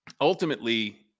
ultimately